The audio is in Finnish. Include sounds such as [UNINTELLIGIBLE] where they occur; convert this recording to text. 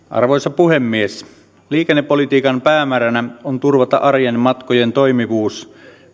[UNINTELLIGIBLE] arvoisa puhemies liikennepolitiikan päämääränä on turvata arjen matkojen toimivuus